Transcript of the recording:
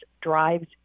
drives